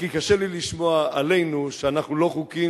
כי קשה לי לשמוע עלינו שאנחנו לא חוקיים,